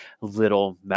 little